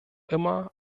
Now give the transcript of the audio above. immer